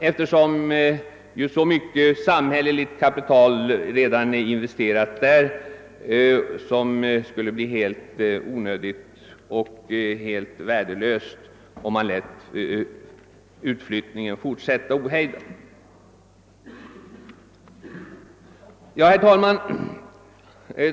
Ett stort samhälleligt kapital är redan investerat där och skulle bli helt värdelöst om utflyttningen fick fortsätta ohejdat. Herr talman!